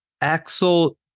Axel